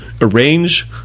Arrange